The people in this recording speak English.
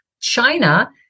China